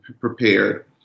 prepared